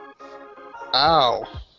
Ow